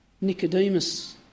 Nicodemus